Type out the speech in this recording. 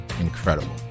Incredible